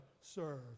serve